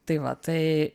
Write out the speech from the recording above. tai va tai